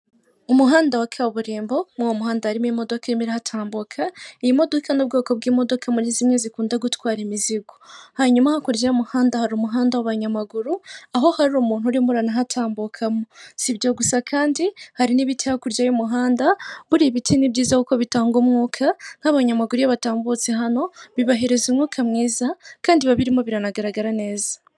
Umuhanda wa kaburimbo' muri uwo muhanda harimo imodokamerara hatambuka iyi modoka n'ubwoko bw'imodoka muri zimwe zikunda gutwara imizigo, hanyuma hakurya y'umuhanda hari umuhanda w'abanyamaguru aho hari umuntu urimo uraranahatambukamo . Si ibyo gusa kandi hari n'ibiti hakurya y'umuhanda buriya ibiti ni byiza kuko bitanga umwuka nk'abanyamaguru iiyo batambutse hano bibahereza umwuka mwiza kandi baba birimo biranagaragara neza.